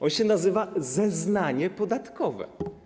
On się nazywa „zeznanie podatkowe”